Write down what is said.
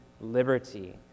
liberty